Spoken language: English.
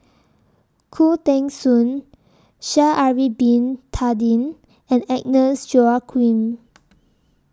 Khoo Teng Soon Sha'Ari Bin Tadin and Agnes Joaquim